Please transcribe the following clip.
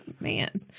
man